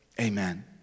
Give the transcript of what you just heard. Amen